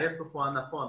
ההיפך הוא הנכון.